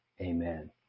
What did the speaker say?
Amen